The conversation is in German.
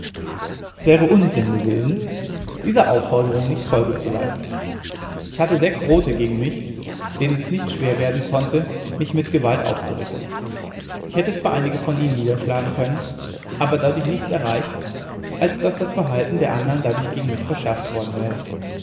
es wäre unsinn gewesen dieser aufforderung nicht folge zu leisten ich hatte sechs rote gegen mich denen es nicht schwer werden konnte mich mit gewalt aufzurichten ich hätte zwar einige von ihnen niederschlagen können aber dadurch nichts erreicht als daß das verhalten der andern dadurch gegen mich verschärft worden wäre